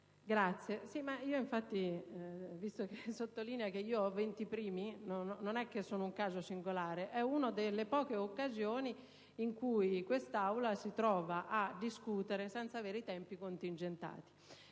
a disposizione venti minuti, ma non è che sono un caso singolare: è una delle poche occasioni in cui quest'Aula si trova a discutere senza avere i tempi contingentati,